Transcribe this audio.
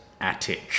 Attic